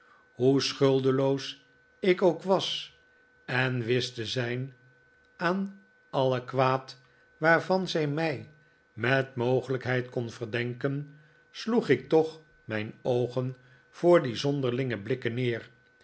hoe schuldeloos ik ook was en wist te zijn aan alle kwaad waarvan zij mij met mogelijkheid kon verdenken sloeg ik toch mijn oogen voor die zonderlinge blikken neer